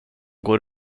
går